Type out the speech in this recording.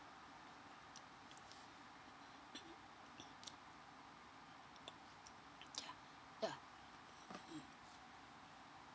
ya ya mm